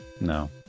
No